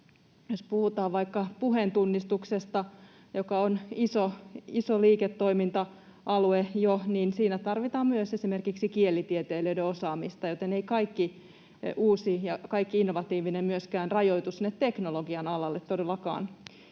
Jos puhutaan vaikka puheentunnistuksesta, joka on jo iso liiketoiminta-alue, niin siinä tarvitaan myös esimerkiksi kielitieteilijöiden osaamista, joten ei kaikki uusi ja kaikki innovatiivinen myöskään rajoitu sinne teknologian alalle todellakaan.